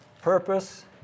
purpose